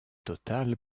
totale